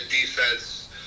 Defense